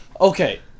Okay